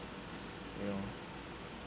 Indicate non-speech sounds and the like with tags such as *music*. *breath* you know